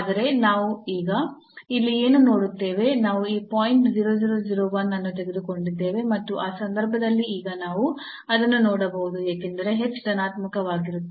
ಆದರೆ ನಾವು ಈಗ ಇಲ್ಲಿ ಏನು ನೋಡುತ್ತೇವೆ ನಾವು ಈ ಪಾಯಿಂಟ್ 0001 ಅನ್ನು ತೆಗೆದುಕೊಂಡಿದ್ದೇವೆ ಮತ್ತು ಆ ಸಂದರ್ಭದಲ್ಲಿ ಈಗ ನಾವು ಅದನ್ನು ನೋಡಬಹುದು ಏಕೆಂದರೆ h ಧನಾತ್ಮಕವಾಗಿರುತ್ತದೆ